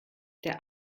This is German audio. der